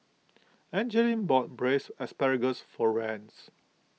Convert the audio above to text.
Angeline bought Braised Ssparagus for Rance